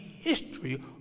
history